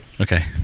Okay